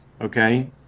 okay